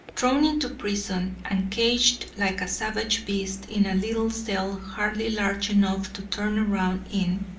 thrown into prison, and caged like a savage beast in a little cell hardly large enough to turn around in,